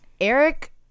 Eric